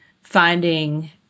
finding